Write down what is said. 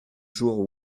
jours